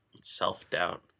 Self-doubt